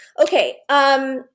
Okay